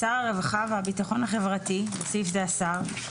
(א) שר הרווחה והביטחון החברתי (בסעיף זה השר)